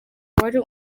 wari